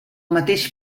mateix